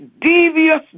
devious